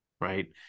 right